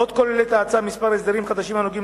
עוד כוללת ההצעה כמה הסדרים חדשים הנוגעים